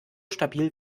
stabil